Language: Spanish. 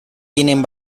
tienen